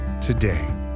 today